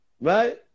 Right